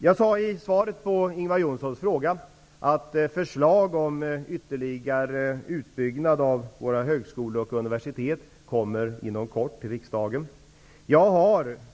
Jag sade i svaret på Ingvar Johnssons fråga att förslag om ytterligare utbyggnad av högskolor och universitet inom kort kommer till riksdagen.